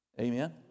Amen